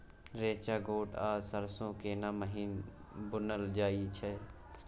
रेचा, गोट आ सरसो केना महिना बुनल जाय छै?